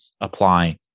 apply